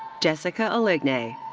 jessica alignay.